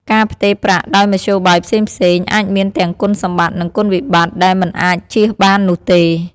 ការផ្ទេរប្រាក់ដោយមធ្យោបាយផ្សេងៗ អាចមានទាំងគុណសម្បត្តិនិងគុណវិបត្តិដែលមិនអាចចៀសបាននោះទេ។